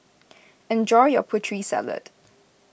enjoy your Putri Salad